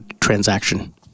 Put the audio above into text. transaction